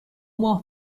ماه